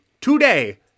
today